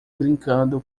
brincando